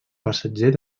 passatger